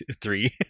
three